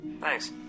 thanks